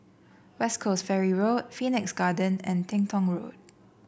West Coast Ferry Road Phoenix Garden and Teng Tong Road